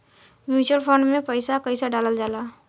Mutual fund मे पईसा कइसे डालल जाला?